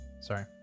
sorry